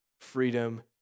freedom